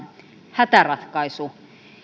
hätäratkaisu